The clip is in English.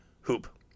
Hoop